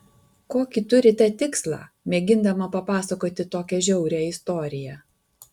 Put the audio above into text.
kokį turite tikslą mėgindama papasakoti tokią žiaurią istoriją